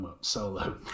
Solo